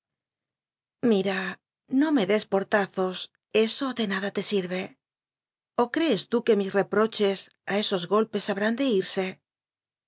mira no me des portazos eso de nada te sirve ó crees til qiíe mis reproches á esos golpes habrán de irse